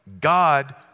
God